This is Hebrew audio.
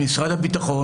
את משרד הביטחון,